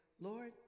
Lord